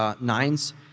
Nines